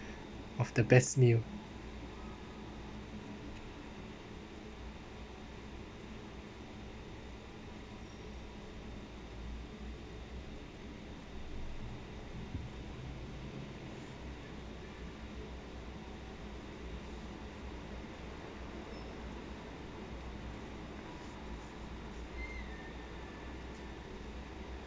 of the best meal